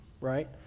right